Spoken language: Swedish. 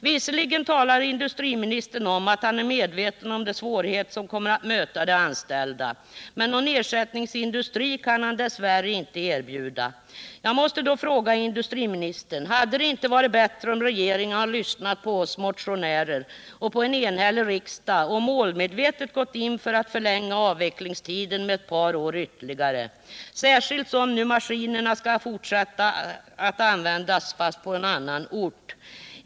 Visserligen sade industriministern att han är medveten om de svårigheter som kommer att möta de anställda, men någon ersättningsindustri kan han dess värre inte erbjuda. Jag måste då fråga industriministern: Hade det inte varit bättre om regeringen hade lyssnat på oss motionärer och på en enig riksdag och målmedvetet gått in för att förlänga avvecklingstiden med ett par år ytterligare — särskilt som maskinerna skall fortsätta att användas, fastän på en annan ort?